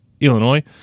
Illinois